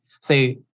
say